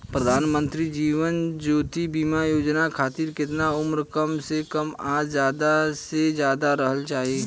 प्रधानमंत्री जीवन ज्योती बीमा योजना खातिर केतना उम्र कम से कम आ ज्यादा से ज्यादा रहल चाहि?